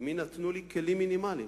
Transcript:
אם יינתנו לי כלים מינימליים,